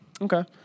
Okay